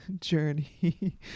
journey